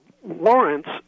warrants